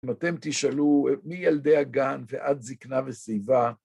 אם אתם תשאלו מילדי הגן ועד זקנה ושיבה.